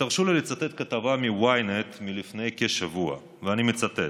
תרשו לי לצטט כתבה מ-ynet מלפני כשבוע, ואני מצטט: